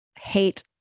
hate